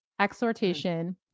exhortation